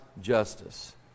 justice